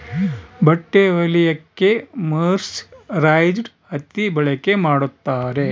ಬಟ್ಟೆ ಹೊಲಿಯಕ್ಕೆ ಮರ್ಸರೈಸ್ಡ್ ಹತ್ತಿ ಬಳಕೆ ಮಾಡುತ್ತಾರೆ